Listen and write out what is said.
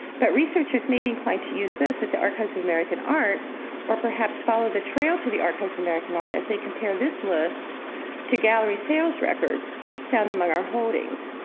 but researchers may be inclined to use this at the archives of american art or perhaps follow the trail to the archives american art as they compare this list to gallery sales records found among our holdings.